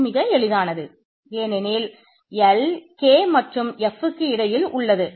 இதுவும் மிக எளிதானது ஏனெனில் L K மற்றும் Fக்கு இடையில் உள்ளது